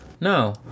No